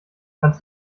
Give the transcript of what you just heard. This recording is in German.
kannst